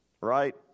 right